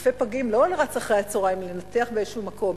רופא פגים לא רץ אחרי הצהריים לנתח באיזשהו מקום,